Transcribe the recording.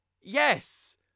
Yes